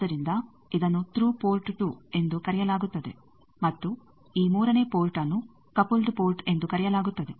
ಆದ್ದರಿಂದ ಇದನ್ನು through port 2 ಎಂದು ಕರೆಯಲಾಗುತ್ತದೆ ಮತ್ತು ಈ ಮೂರನೇ ಪೋರ್ಟ್ ಅನ್ನು ಕಪಲ್ಲ್ದ್ ಪೋರ್ಟ್ ಎಂದು ಕರೆಯಲಾಗುತ್ತದೆ